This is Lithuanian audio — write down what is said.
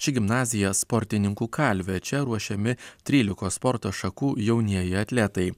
ši gimnazija sportininkų kalvė čia ruošiami trylikos sporto šakų jaunieji atletai